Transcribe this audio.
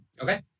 Okay